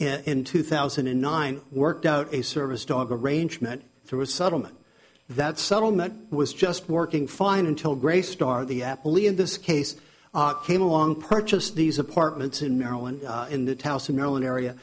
in two thousand and nine worked out a service dog arrangement through a settlement that settlement was just working fine until grey star the apple e in this case came along purchased these apartments in maryland in that house in maryland area